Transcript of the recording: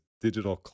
Digital